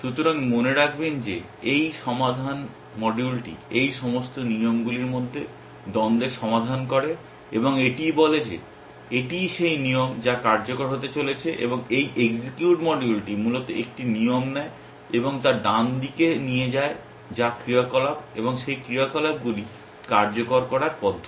সুতরাং মনে রাখবেন যে এই সমাধান মডিউলটি এই সমস্ত নিয়মগুলির মধ্যে দ্বন্দ্বের সমাধান করে এবং এটি বলে যে এটিই সেই নিয়ম যা কার্যকর হতে চলেছে এবং এই এক্সিকিউট মডিউলটি মূলত একটি নিয়ম নেয় এবং তার ডান দিকে নিয়ে যায় যা ক্রিয়াকলাপ এবং সেই ক্রিয়াকলাপগুলি কার্যকর করার পদ্ধতি